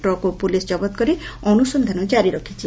ଟ୍ରକ୍କୁ police ଜବତ କରି ଅନୁସନ୍ଧାନ ଜାରୀ ରଖିଛି